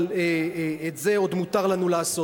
אבל את זה עוד מותר לנו לעשות.